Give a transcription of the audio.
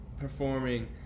Performing